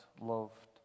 loved